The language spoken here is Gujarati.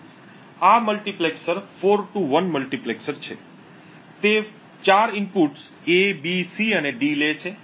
આ મલ્ટિપ્લેક્સર 4 થી 1 મલ્ટિપ્લેક્સર છે તે 4 ઇનપુટ્સ A B C અને D લે છે